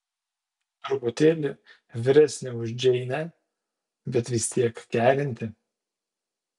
truputėlį vyresnė už džeinę bet vis tiek kerinti